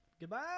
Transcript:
Goodbye